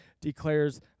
declares